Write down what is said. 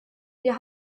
wir